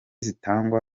zitangwa